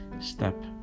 step